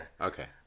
Okay